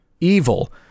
evil